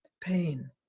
pain